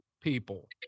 people